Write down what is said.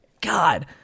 God